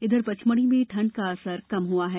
इधर पचमढ़ी में ठंड का असर कम हुआ है